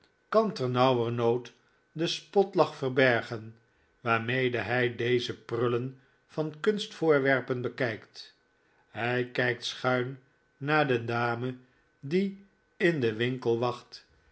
kan ternauwernood den spotlach verbergen waarmede hij deze prullen van kunstvoorwerpen bekijkt hij kijkt schuin naar de dame die in den winkel wacht